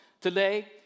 today